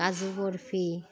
কাজু বৰফী